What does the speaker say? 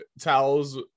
towels